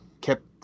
kept